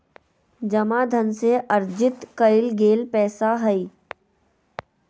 जमा धन से अर्जित कइल गेल पैसा हइ